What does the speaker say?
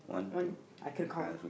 one I could count